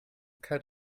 kalt